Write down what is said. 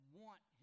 want